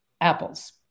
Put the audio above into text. apples